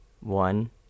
one